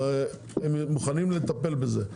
הם מוכנים לטפל בזה.